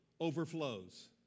Overflows